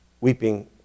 weeping